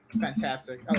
fantastic